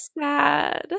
sad